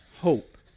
hope